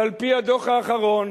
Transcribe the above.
ועל-פי הדוח האחרון